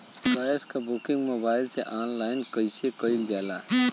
Gas क booking mobile से online कईसे कईल जाला?